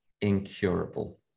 incurable